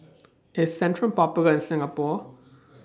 IS Centrum Popular in Singapore